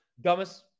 Dumbest